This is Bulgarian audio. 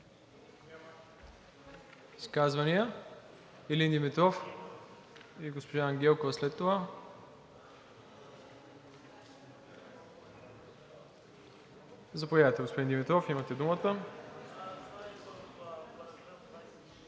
Изказвания – Илин Димитров и госпожа Ангелкова след това. Заповядайте, господин Димитров, имате думата.